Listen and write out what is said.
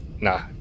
nah